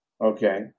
okay